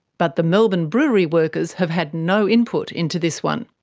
but the melbourne brewery workers have had no input into this one.